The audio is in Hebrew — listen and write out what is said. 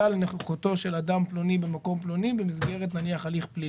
לנוכחותו של אדם פלוני במקום פלוני במסגרת הליך פלילי?